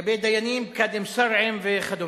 לגבי קאדים שרעיים וכדומה.